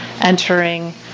entering